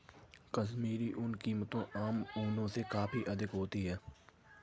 कश्मीरी ऊन की कीमत आम ऊनों से काफी अधिक होती है